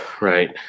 Right